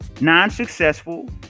non-successful